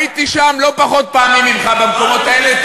הייתי שם לא פחות פעמים ממך, במקומות האלה.